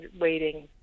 waiting